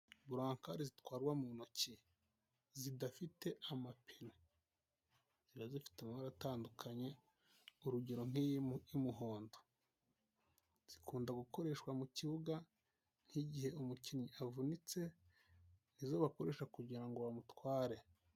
Burankare zitwarwa mu ntoki zidafite amapine, ziba zifite amabara atandukanye, urugero nk'iyi y'umuhondo zikunda gukoreshwa mu kibuga nk'igihe umukinnyi avunitse, ni zo bakoresha kugira ngo bamutware.